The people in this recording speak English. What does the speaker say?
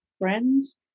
friends